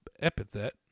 epithet